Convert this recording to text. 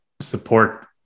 support